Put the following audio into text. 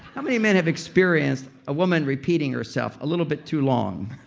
how many men have experienced a woman repeating herself a little bit too long?